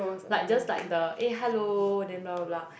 like just like the eh hello then blah blah blah